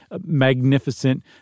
magnificent